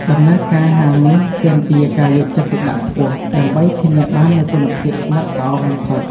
ដំណើរការហាលនេះទាមទារការយកចិត្តទុកដាក់ខ្ពស់ ដើម្បីធានាបាននូវគុណភាពស្លឹកល្អបំផុត។